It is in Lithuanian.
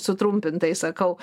sutrumpintai sakau